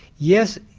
yes,